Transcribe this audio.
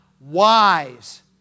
Wise